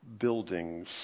buildings